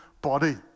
body